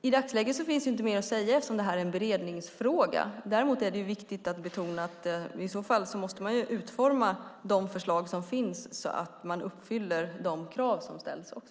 I dagsläget finns det inte mer att säga eftersom frågan bereds. Det är viktigt att betona att förslagen måste uppfylla de krav som finns.